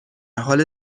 حال